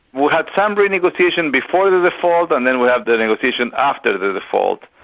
we had some renegotiation before the default and then we had the negotiation after the default.